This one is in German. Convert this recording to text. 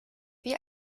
wie